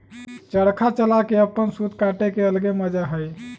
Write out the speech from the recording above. चरखा चला के अपन सूत काटे के अलगे मजा हई